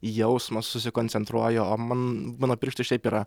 į jausmą susikoncentruoju o man mano pirštai šiaip yra